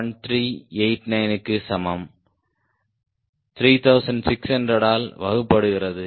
0001389 க்கு சமம் 3600 ஆல் வகுக்கப்படுகிறது